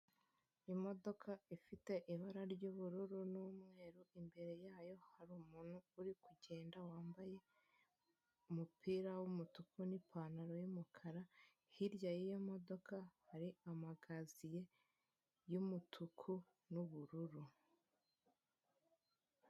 Imodoka ifite ibara ry'ubururu n'umweru, imbere yayo hari umuntu uri kugenda wambaye umupira w'umutuku n'ipantaro y'umukara, hirya y'iyo modoka hari amakaziye y'umutuku n'ubururu.